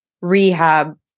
rehab